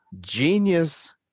genius